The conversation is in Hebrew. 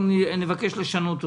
אנחנו נבקש לשנות אותו.